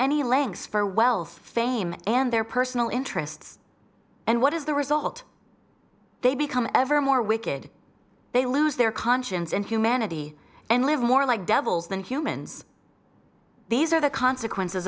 any lengths for wealth fame and their personal interests and what is the result they become ever more wicked they lose their conscience and humanity and live more like devils than humans these are the consequences